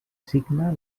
signa